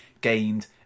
gained